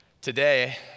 Today